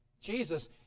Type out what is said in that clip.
Jesus